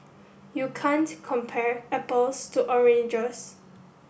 you can't compare apples to oranges